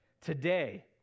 Today